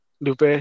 Lupe